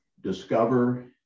discover